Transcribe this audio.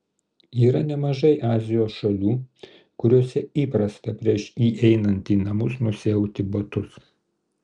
yra nemažai azijos šalių kuriose įprasta prieš įeinant į namus nusiauti batus